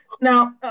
Now